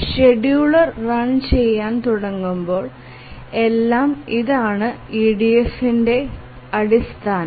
scheduler run ചെയാൻ തുടങ്ങുമ്പോൾ എല്ലാം ഇതാണ് EDFന്റെ അടിസ്ഥാനം